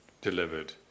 delivered